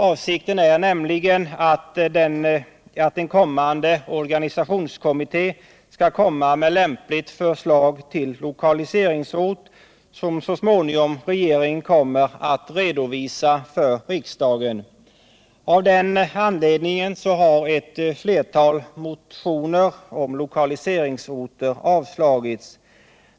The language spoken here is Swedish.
Avsikten är nämligen att en kommande organisationskommitté skall avge förslag till lämplig lokaliseringsort, som så småningom regeringen kommer att redovisa för riksdagen. Av den anledningen har ett flertal motioner om lokaliseringsorter avstyrkts.